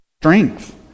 strength